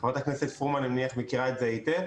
חה"כ פרומן אני מניח מכירה זאת היטב.